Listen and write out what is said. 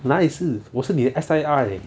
我哪里是我是你的 S_I_R leh